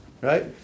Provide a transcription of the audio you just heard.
right